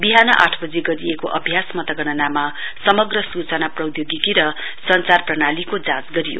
विहान आठ वजी गरिएको अभ्यास मतगणनामा समग्र स्चना प्रौधोगिकी र संचार प्रणालीको जाँच गरियो